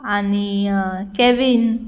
आनी कॅवीन